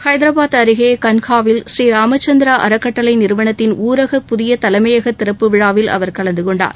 ஹைதராபாத் அருகே கன்ஹாவில் புரீ ராமச்சந்திரா அறக்கட்டளை நிறுவனத்தின் ஊரக புதிய தலைமையகத் திறப்பு விழாவில் அவர் கலந்து கொண்டார்